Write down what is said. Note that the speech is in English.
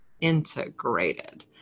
integrated